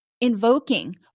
invoking